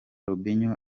robinho